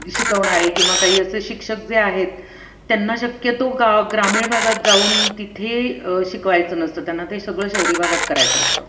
शिकवणारे किंवा काही असे शिक्षक जे आहेत त्यांना शक्य तो गा ग्रामीण भागात जाऊन तिथे शिकवायचं नसतं त्यांना ते सगळं शहरी भागात करायचं असतं